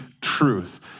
truth